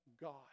God